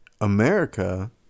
america